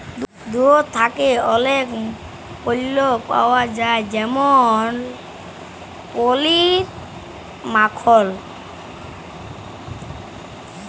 দুহুদ থ্যাকে অলেক পল্য পাউয়া যায় যেমল পলির, মাখল